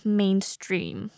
mainstream